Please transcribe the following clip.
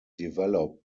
developed